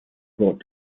brought